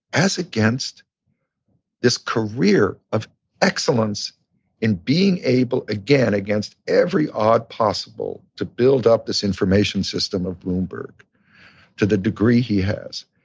as against this career of excellence in being able, again, against every odd possible, to build up this information system of bloomberg to the degree he has.